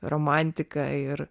romantika ir